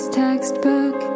textbook